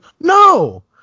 No